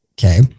okay